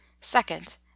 second